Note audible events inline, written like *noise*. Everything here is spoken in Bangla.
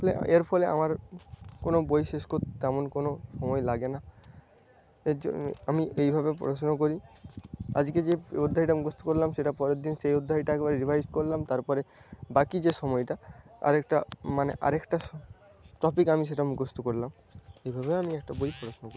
এর ফলে আমার কোন বই শেষ করতে তেমন কোন সময় লাগে না এই য আমি এইভাবে পড়াশোনা করি আজকে যে অধ্যায়টা মুখস্ত করলাম সেটা পরের দিন সেই অধ্যায়টা একবার রিভাইজ করলাম তারপরে বাকি যে সময়টা আরেকটা মানে আরেকটা টপিক আমি সেটা মুখস্ত করলাম এইভাবেই আমি একটা বই *unintelligible*